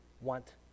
want